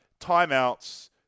timeouts